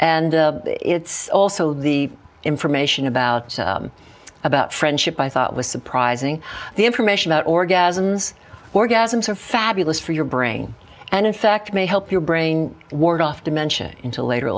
and it's also the information about about friendship i thought was surprising the information about orgasms orgasms are fabulous for your brain and in fact may help your brain ward off dimension into later